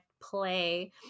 play